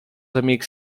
amics